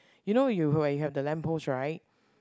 you know you where you have the lamp post right